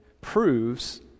proves